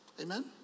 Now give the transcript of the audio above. Amen